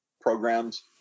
programs